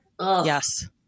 Yes